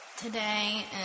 Today